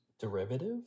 derivative